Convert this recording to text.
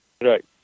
Right